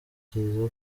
byiza